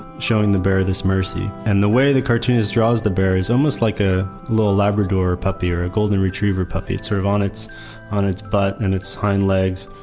showing the bear this mercy. and the way the cartoonist draws the bear is almost like a little labrador puppy or a golden retriever puppy. it's sort of on its butt, on its but and its hind legs,